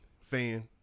fan